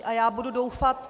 A já budu doufat...